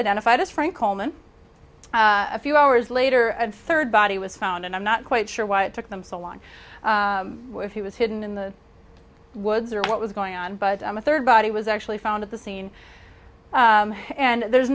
identified as frank coleman and few hours later a third body was found and i'm not quite sure why it took them so long if he was hidden in the woods or what was going on but a third body was actually found at the scene and there's